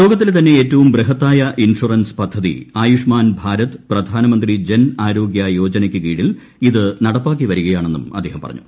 ലോകത്തിലെ തന്നെ ഏറ്റവും ബൃഹൃത്തായ് ഇൻഷുറൻസ് പദ്ധതി ആയുഷ്മാൻ ഭാരത് പ്രധാനമന്ത്രി ജ്ൻ ആരോഗൃ യോജനയ്ക്ക് കീഴിൽ ഇത് നടപ്പാക്കി വരികയാള്ണെന്നും അദ്ദേഹം പറഞ്ഞു